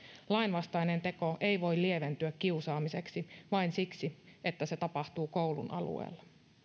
lainvastainen teko ei voi lieventyä kiusaamiseksi vain siksi että se tapahtuu koulun alueella